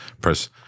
press